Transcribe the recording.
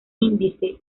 índice